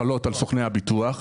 חלות על סוכני הביטוח,